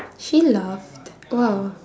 she laughed !wow!